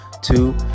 Two